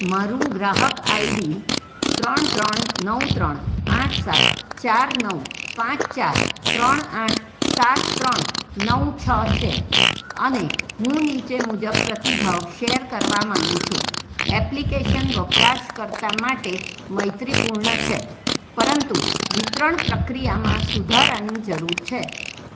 મારું ગ્રાહક આઈડી ત્રણ ત્રણ નવ ત્રણ આઠ સાત ચાર નવ પાંચ ચાર ત્રણ આઠ સાત ત્રણ નવ છ છે અને હું નીચે મુજબ પ્રતિભાવ શેર કરવા માંગુ છું એપ્લિકેશન વપરાશકર્તા માટે મૈત્રીપૂર્ણ છે પરંતુ વિતરણ પ્રક્રિયામાં સુધારાની જરૂર છે